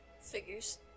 Figures